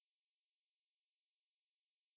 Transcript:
um superpower ah